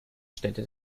städte